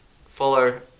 follow